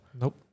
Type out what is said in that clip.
Nope